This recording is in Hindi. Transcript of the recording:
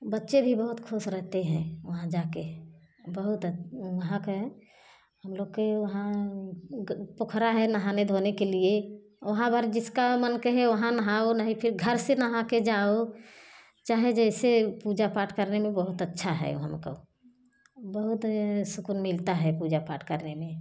बच्चे भी बहुत खुश रहते हैं वहाँ जा के बहुत अत उहां के हम लोग के वहाँ पोखर है नहाने धोने के लिए वहाँ पर जिसका मन कहे वहाँ नहाओ नहीं फिर घर से नहाके जाओ चाहे जैसे पूजा पाठ करने में बहुत अच्छा है हमको बहुत सुकून मिलता है पूजा पाठ करने में